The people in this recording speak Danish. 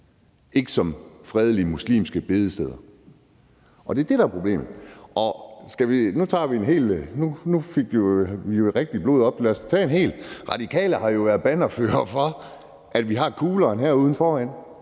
ikke som fredelige muslimske bedesteder, og det er det, der er problemet, og vi fik vi jo rigtig blodet op. Radikale har jo været bannerførere for, at vi har betonkuglerne herude foran